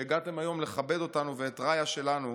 שהגעתם היום לכבד אותנו ואת רעיה שלנו,